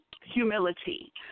humility